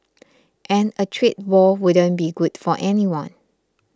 and a trade war wouldn't be good for anyone